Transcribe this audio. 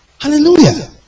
Hallelujah